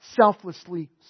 selflessly